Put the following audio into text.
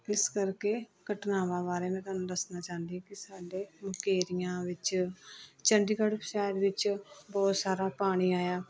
ਇਸ ਕਰਕੇ ਘਟਨਾਵਾਂ ਬਾਰੇ ਮੈਂ ਤੁਹਾਨੂੰ ਦੱਸਣਾ ਚਾਹੁੰਦੀ ਕਿ ਸਾਡੇ ਮੁਕੇਰੀਆਂ ਵਿੱਚ ਚੰਡੀਗੜ੍ਹ ਸ਼ਹਿਰ ਵਿੱਚ ਬਹੁਤ ਸਾਰਾ ਪਾਣੀ ਆਇਆ